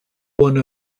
one